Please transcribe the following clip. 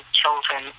children